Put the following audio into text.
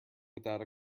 without